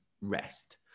rest